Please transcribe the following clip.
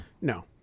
No